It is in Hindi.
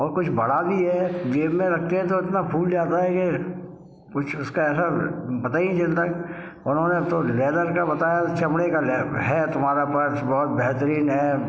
और कुछ बड़ा भी है जेब में रखे तो इनता फूल जाता है कि कुछ उसका ऐसा पता ही नहीं चलता उन्होंने तो लैदर का बताया चमड़े का है तुम्हारा पर्स बहुत बेहतरीन है